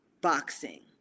boxing